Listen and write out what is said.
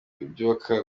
byubaka